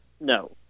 no